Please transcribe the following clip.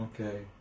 okay